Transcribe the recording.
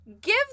give